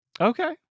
Okay